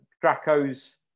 Draco's